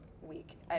week